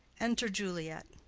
enter juliet.